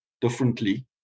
differently